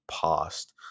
past